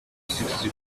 sixty